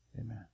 Amen